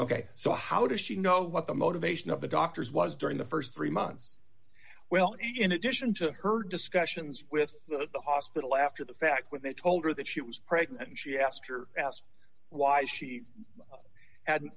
ok so how does she know what the motivation of the doctors was during the st three months well in addition to her discussions with the hospital after the fact when they told her that she was pregnant and she asked or asked why she hadn't